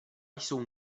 jsou